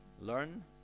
learn